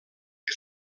que